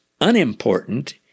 unimportant